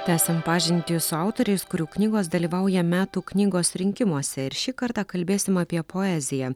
tęsiam pažintį su autoriais kurių knygos dalyvauja metų knygos rinkimuose ir šį kartą kalbėsim apie poeziją